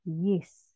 yes